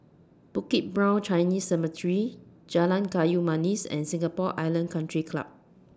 Bukit Brown Chinese Cemetery Jalan Kayu Manis and Singapore Island Country Club